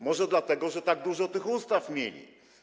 Może dlatego, że tak dużo tych ustaw mieli?